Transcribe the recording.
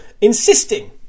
insisting